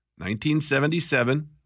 1977